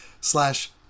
slash